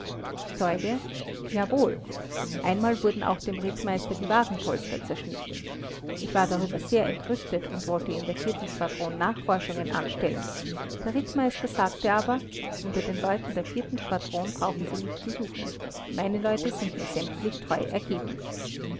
zeuge jawohl einmal wurden auch dem rittmeister die wagenpolster zerschnitten ich war darüber sehr entrüstet und wollte in der schwadron nachforschungen anstellen der rittmeister sagte aber unter den leuten der schwadron brauchen sie nicht zu suchen meine leute sind mir sämtlich treu ergeben